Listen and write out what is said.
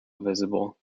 visible